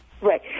Right